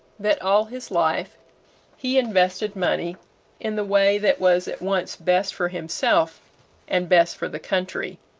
that all his life he invested money in the way that was at once best for himself and best for the country.